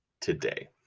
today